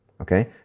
okay